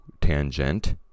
tangent